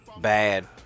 bad